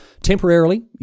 temporarily